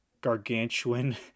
gargantuan